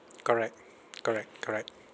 correct correct correct